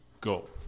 Go